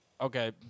Okay